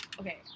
Okay